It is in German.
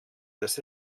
dass